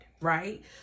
right